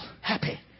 happy